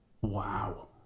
wow